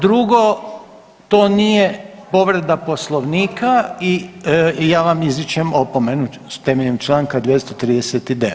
Drugo, to nije povreda Poslovnika i ja vam izričem opomenu temeljem članka 239.